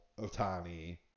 Otani